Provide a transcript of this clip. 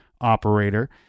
operator